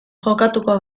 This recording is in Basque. jokatuko